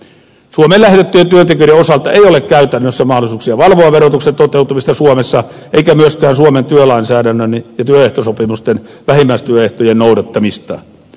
suomeen lähetettyjen työntekijöiden osalta ei ole käytännössä mahdollisuuksia valvoa verotuksen toteutumista suomessa eikä myöskään suomen työlainsäädännön ja työehtosopimusten vähimmäistyöehtojen noudattamista